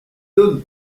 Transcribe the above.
donne